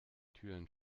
türen